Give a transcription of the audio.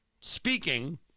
speaking